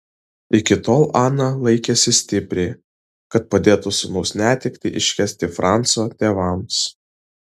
iki tol ana laikėsi stipriai kad padėtų sūnaus netektį iškęsti franco tėvams